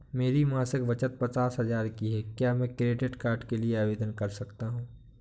मेरी मासिक बचत पचास हजार की है क्या मैं क्रेडिट कार्ड के लिए आवेदन कर सकता हूँ?